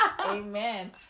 amen